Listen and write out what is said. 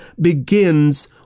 begins